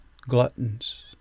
gluttons